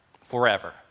forever